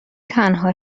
تنها